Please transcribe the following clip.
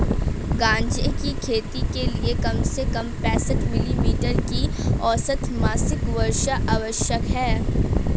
गांजे की खेती के लिए कम से कम पैंसठ मिली मीटर की औसत मासिक वर्षा आवश्यक है